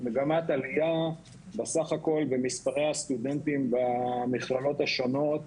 מגמת עלייה בסך הכול במספרי הסטודנטים במכללות השונות,